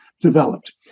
developed